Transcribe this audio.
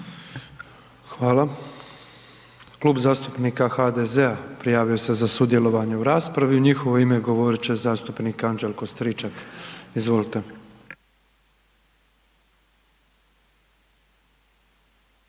Hvala. Klub zastupnika HDZ-a također se javio za sudjelovanje u raspravi. U njihovo ime govorit će zastupnica Željka Josić. Izvolite.